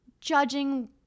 judging